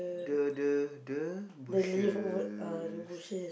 the the the bushes